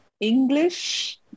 English